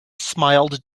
smiled